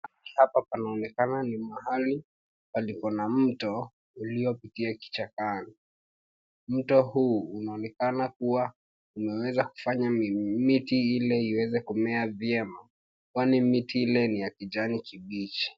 Hapa panaonekana ni mahali palipo na mto uliopitia kichakani. Mto huu unaonekana kuwa umeweza kufanya miti ile iweze kumea vyema kwani miti ile ni ya kijani kibichi.